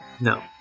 No